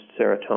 serotonin